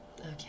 okay